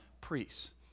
priests